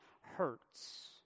hurts